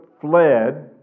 fled